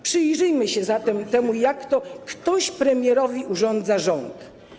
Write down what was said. Przyjrzyjmy się zatem temu, jak to ktoś premierowi urządza rząd.